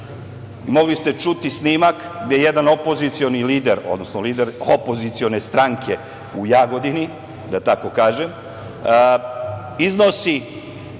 ili deset dana, snimak gde jedan opozicioni lider, odnosno lider opozicione stranke u Jagodini, da tako kažem, iznosi